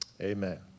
Amen